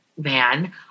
man